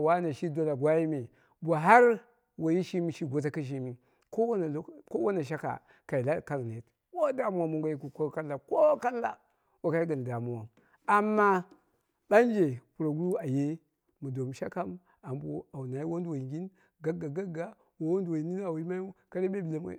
woiyi me, shi dola gwaime, bo har woiyi shimi shi goto kɨshimi, kowane shaka kai la kangnet woi damuwa mongo yiki ko kallau ko kalla wokai gɨn damuwau amma ɓanje puroguru aye mɨ domu shakam am ɓoowu au nai wonduwoingin gagga gagga woi wonduwoi nim awu yimaiyu ka ɓeɓile moi